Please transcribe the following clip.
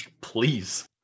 Please